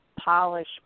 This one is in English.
polish